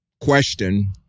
question